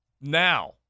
Now